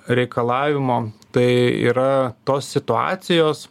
reikalavimo tai yra tos situacijos